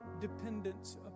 dependence